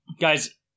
guys